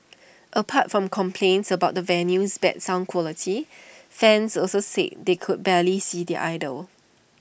apart from complaints about the venue's bad sound quality fans also said they could barely see their idol